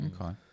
okay